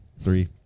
three